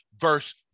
verse